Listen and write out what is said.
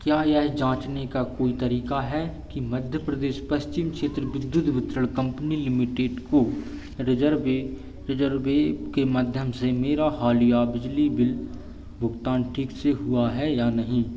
क्या यह जांचने का कोई तरीका है कि मध्य प्रदेश पश्चिम क्षेत्र विद्युत वितरण कम्पनी लिमिटेड को रिजरबे रिजरबे के माध्यम से मेरा हालिया बिजली बिल भुगतान ठीक से हुआ है या नहीं